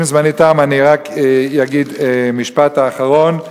אם זמני תם, אני רק אגיד משפט אחרון: